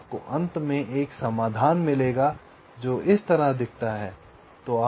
तो आपको अंत में एक समाधान मिलेगा जो इस तरह दिखता है